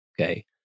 Okay